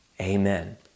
amen